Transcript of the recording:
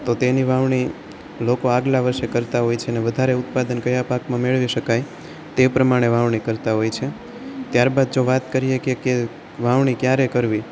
તો તેની વાવણી લોકો આગલા વર્ષે કરતાં હોય છે ને વધારે ઉત્પાદન ક્યાં પાકમાં મેળવી શકાય તે પ્રમાણે વાવણી કરતાં હોય છે ત્યારબાદ જો વાત કરીએ કે કે વાવણી ક્યારે કરવી